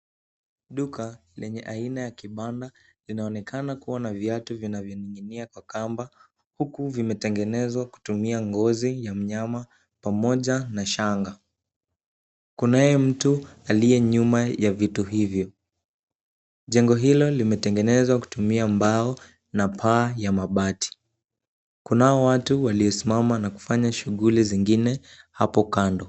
Duka lenye aina ya kibanda, linaonekana kuwa na viatu vinavyoning'inia kwa kamba huku vimetengenezwa kutumia ngozi ya mnyama pamoja na shanga. Kunaye mtu aliye nyuma ya vitu hivyo. Jengo hilo limetengenezwa kutumia mbao na paa ya mabati. Kunao watu waliosimama na kufanya shughuli zingine hapo kando.